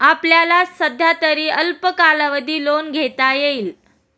आपल्याला सध्यातरी अल्प कालावधी लोन घेता येईल